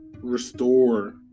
restore